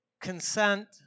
consent